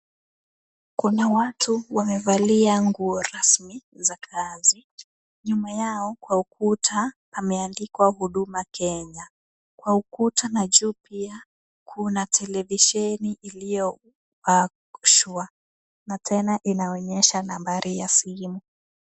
Kuna watu wamevalia nguo rasmi za kazi. Nyuma yao kwa ukuta pameandikwa huduma Kenya. Kwa ukuta na juu pia kuna televisheni iliyoashwa na tena inaonyesha nambari ya simu.